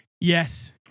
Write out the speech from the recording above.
yes